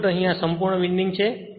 input અહીં આ સંપૂર્ણ વિન્ડિંગ છે